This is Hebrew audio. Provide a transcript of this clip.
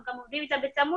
אנחנו גם עובדים איתה בצמוד,